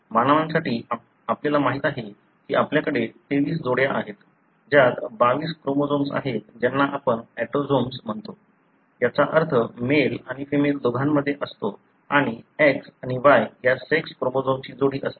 मानवांसाठी आपल्याला माहित आहे की आपल्याकडे 23 जोड्या आहेत ज्यात 22 क्रोमोझोम्स आहेत ज्यांना आपण ऑटोझोम्स म्हणतो याचा अर्थ मेल आणि फिमेल दोघांमध्ये असतो आणि X आणि Y या सेक्स क्रोमोझोमची जोडी असते